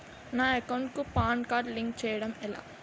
నా అకౌంట్ కు PAN card link చేయడం ఎలా?